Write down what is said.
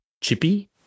chippy